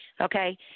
Okay